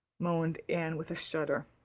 moaned anne with a shudder.